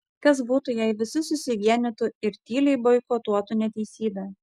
kas būtų jei visi susivienytų ir tyliai boikotuotų neteisybę